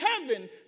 heaven